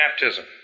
baptism